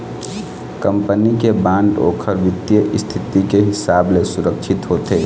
company के bond ओखर बित्तीय इस्थिति के हिसाब ले सुरक्छित होथे